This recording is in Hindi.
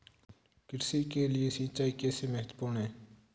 कृषि के लिए सिंचाई कैसे महत्वपूर्ण है?